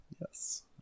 yes